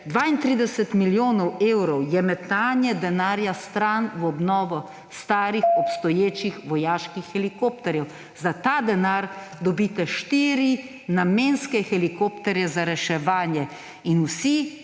32 milijonov evrov je metanje denarja stran v obnovo starih obstoječih vojaških helikopterjev. Za ta denar dobite štiri namenske helikopterje za reševanje. In vsi